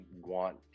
want